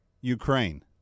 Ukraine